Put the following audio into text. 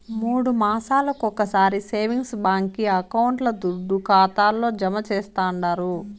మూడు మాసాలొకొకసారి సేవింగ్స్ బాంకీ అకౌంట్ల దుడ్డు ఖాతాల్లో జమా చేస్తండారు